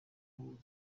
wose